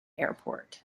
airport